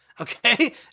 Okay